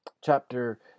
chapter